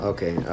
Okay